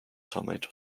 tomato